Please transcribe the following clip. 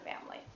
family